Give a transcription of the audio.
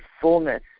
fullness